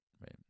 right